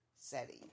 setting